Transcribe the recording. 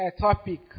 topic